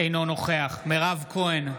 אינו נוכח מירב כהן,